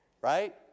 right